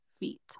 feet